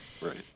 right